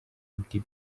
empty